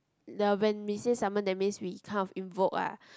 the when we say summon that means we kind of invoke lah